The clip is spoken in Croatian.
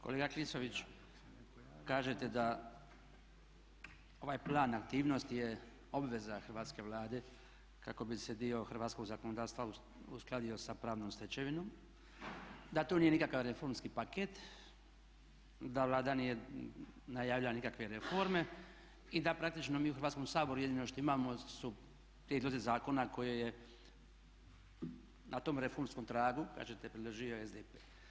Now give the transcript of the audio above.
Kolega Klisović, kažete da ovaj Plan aktivnosti je obveza hrvatske Vlade kako bi se dio hrvatskog zakonodavstva uskladio sa pravnom stečevinom, da to nije nikakav reformski paket, da Vlada nije najavila nikakve reforme i da praktično mi u Hrvatskom saboru jedino što imamo su prijedlozi zakona koje je na tom reformskom pragu kažete predložio SDP.